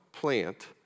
Plant